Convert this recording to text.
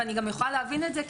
ואני יכולה גם להבין את זה,